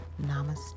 Namaste